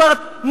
זאת אומרת,